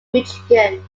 michigan